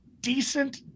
decent